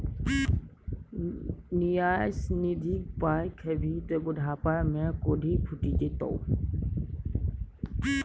न्यास निधिक पाय खेभी त बुढ़ापामे कोढ़ि फुटि जेतौ